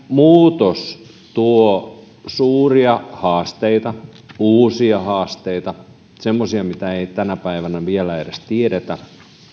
muutos tuo suuria haasteita uusia haasteita semmoisia mitä ei tänä päivänä vielä edes tiedetä